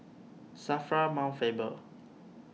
Safra Mount Faber